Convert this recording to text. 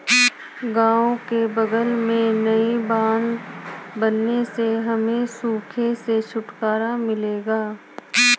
गांव के बगल में नई बांध बनने से हमें सूखे से छुटकारा मिलेगा